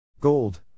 Gold